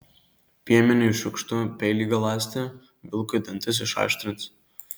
piemeniui šiukštu peilį galąsti vilkui dantis išaštrins